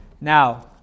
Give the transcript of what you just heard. Now